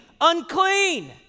unclean